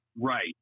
Right